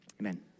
Amen